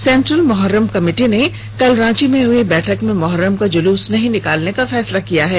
central Muharram committee ने कल रांची में हुई बैठक में मुहर्रम का जुलूस नहीं निकालने का फैसला लिया है